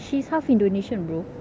she's half indonesian bro